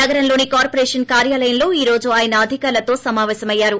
నగంలోని corporation కార్యాలయంలో ఈ రోజు ఆయన అధికారులతో సమావేశమయ్యారు